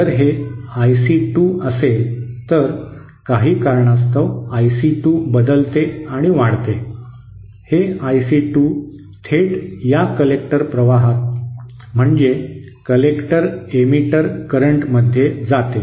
जर हे I C 2 असेल तर काही कारणास्तव आय सी 2 बदलते आणि वाढते हे आय सी 2 थेट या कलेक्टर प्रवाहात म्हणजे कलेक्टर एमिटर करंटमध्ये जाते